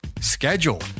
schedule